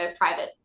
private